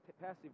passive